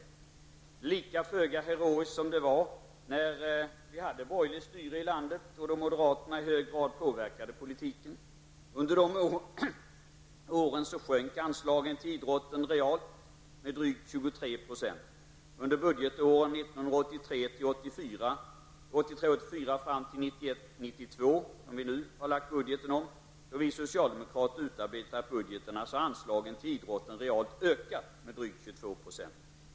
Det är lika föga heroiskt som det var när det var borgerligt styre i landet och moderaterna i hög grad påverkade politiken. Under de åren sjönk anslagen till idrotten realt med drygt 23 %. Under budgetåren 1983 92, som vi nu har lagt fram budgetförslag för, då vi socialdemokrater utarbetade budgetarna, har anslagen till idrotten realt ökat med drygt 22 %.